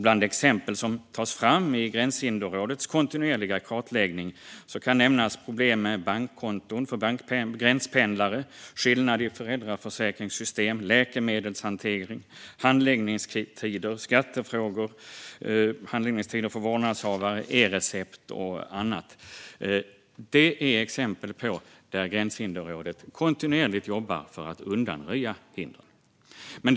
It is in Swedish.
Bland exempel som tas fram i Gränshinderrådets kontinuerliga kartläggning kan nämnas problem med bankkonton för gränspendlare, skillnader i föräldraförsäkringssystemen, läkemedelshantering, handläggningstider för vårdnadshavare, skattefrågor, e-recept och annat. Det är exempel där Gränshinderrådet kontinuerligt arbetar för att undanröja hinder.